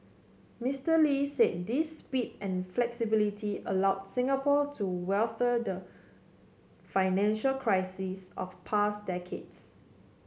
Mister Lee said this speed and flexibility allowed Singapore to weather the financial crises of past decades